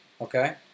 okay